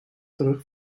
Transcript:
terug